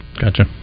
Gotcha